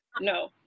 no